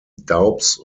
doubs